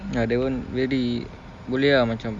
ah that [one] really boleh ah macam